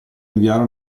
inviare